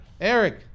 Eric